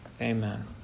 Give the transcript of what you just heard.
Amen